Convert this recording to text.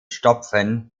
stopfen